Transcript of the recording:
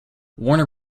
warner